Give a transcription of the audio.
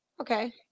Okay